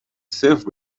صفر